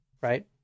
right